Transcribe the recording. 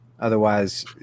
otherwise